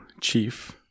chief